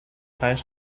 پنج